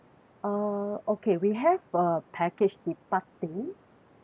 uh okay we have a package departing